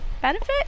benefit